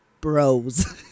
Bros